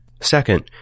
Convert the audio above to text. Second